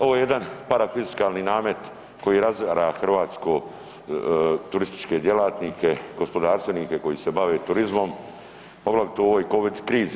Ovo je jedan parafiskalni namet koji razara hrvatske turističke djelatnike, gospodarstvenike koji se bave turizmom, poglavito u ovoj covid krizi.